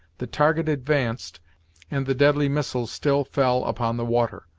the target advanced and the deadly missiles still fell upon the water.